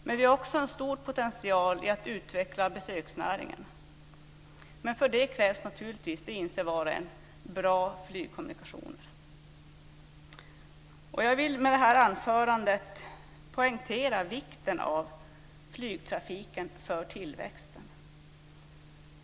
Men vi har också en stor potential för att utveckla besöksnäringen. För det krävs naturligtvis - det inser var och en - bra flygkommunikationer. Med det här anförande vill jag poängtera vikten av flygtrafiken för tillväxten.